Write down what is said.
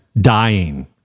dying